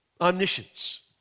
omniscience